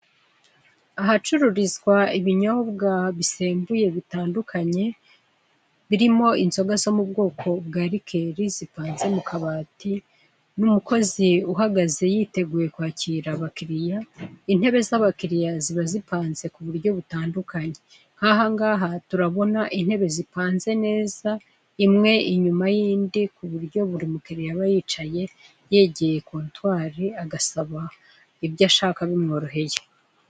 Ahacururizwa ibinyobwa bisembuye bitandukanye birimo inzoga zo mu bwoko bwa rikeri zipanze mu kabati n'umukozi uhagaze yiteguye kwakira abakiriya, intebe z'abakiriya ziba zipanze ku buryo butandukanye, nk'aha ngaha turabona intebe zipanze neza imwe inyuma y'indi ku buryo buri mukiriya yaba yicaye yegeye kontwari agasaba ibyo ashaka bimworoheye.